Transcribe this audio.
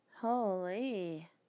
Holy